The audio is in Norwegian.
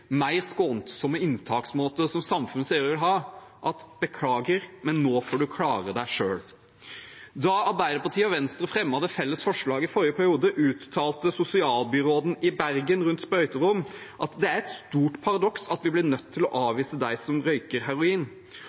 mer skånsomme inntaksmåter, som samfunnet sier vi vil ha, at beklager, men nå får du klare deg selv. Da Arbeiderpartiet og Venstre fremmet det felles forslaget i forrige periode, uttalte sosialbyråden i Bergen om sprøyterom: «Det er et stort paradoks at vi blir nødt til å avvise dem som røyker heroin.»